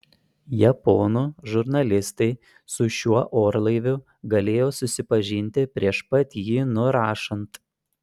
japonų žurnalistai su šiuo orlaiviu galėjo susipažinti prieš pat jį nurašant